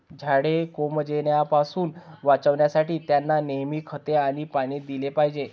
झाडे कोमेजण्यापासून वाचवण्यासाठी, त्यांना नेहमी खते आणि पाणी दिले पाहिजे